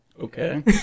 okay